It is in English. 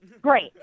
great